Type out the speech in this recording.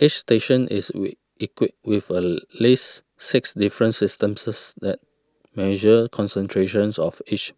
each station is equipped with at least six different systems that measure concentrations of each